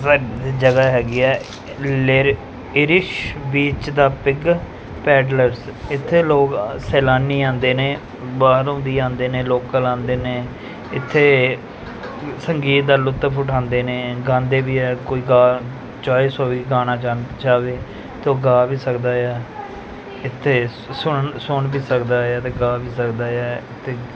ਜਗ੍ਹਾ ਹੈਗੀ ਆ ਲਰ ਇਰਿਸ਼ ਬੀਚ ਦਾ ਪਿਗ ਪੈਡਲਰਸ ਇੱਥੇ ਲੋਕ ਸੈਲਾਨੀ ਆਉਂਦੇ ਨੇ ਬਾਹਰੋਂ ਦੀ ਆਉਂਦੇ ਨੇ ਲੋਕਲ ਆਉਂਦੇ ਨੇ ਇੱਥੇ ਸੰਗੀਤ ਦਾ ਲੁਤਫ ਉਠਾਉਂਦੇ ਨੇ ਗਾਉਂਦੇ ਵੀ ਹੈ ਕੋਈ ਗਾ ਚੋਇਸ ਹੋਵੇ ਗਾਣਾ ਚਾਹ ਚਾਹਵੇ ਤਾਂ ਗਾ ਵੀ ਸਕਦਾ ਆ ਇੱਥੇ ਸੁਣ ਸੁਣ ਵੀ ਸਕਦਾ ਆ ਅਤੇ ਗਾ ਵੀ ਸਕਦਾ ਆ ਅਤੇ